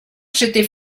j’étais